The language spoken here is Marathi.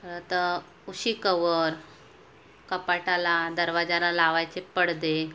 अतं उशी कवर कपाटाला दरवाजाला लावायचे पडदे